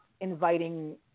inviting